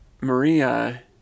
Maria